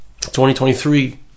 2023